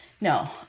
No